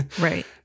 Right